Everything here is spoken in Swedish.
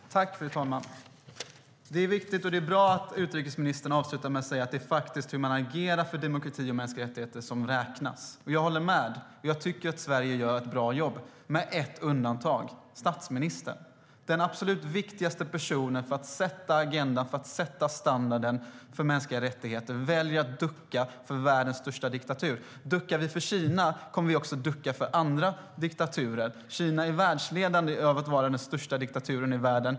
Fru talman! Det är viktigt och bra att utrikesministern avslutar med att säga att det är hur man faktiskt agerar för demokrati och mänskliga rättigheter som räknas. Jag håller med, och jag tycker att Sverige gör ett bra jobb - med ett undantag, nämligen statsministern. Den absolut viktigaste personen för att sätta agendan och standarden för mänskliga rättigheter väljer att ducka för världens största diktatur. Duckar vi för Kina kommer vi också att ducka för andra diktaturer. Kina är världsledande som diktatur; det är den största diktaturen i världen.